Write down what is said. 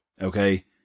okay